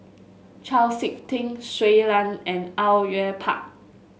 Chau SiK Ting Shui Lan and Au Yue Pak